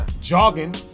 Jogging